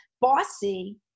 Bossy